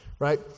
Right